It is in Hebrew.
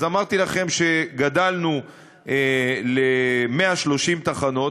אז אמרתי לכם שגדלנו ל-130 תחנות,